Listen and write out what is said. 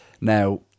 Now